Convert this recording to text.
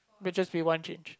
which is we want change